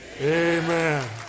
Amen